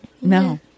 no